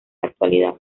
actualidad